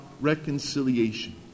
reconciliation